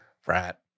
Frat